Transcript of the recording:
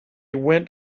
went